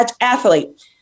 athlete